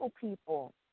people